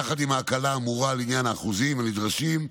יחד עם ההקלה האמורה לעניין האחוזים הנדרשים,